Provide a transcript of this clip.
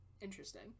Interesting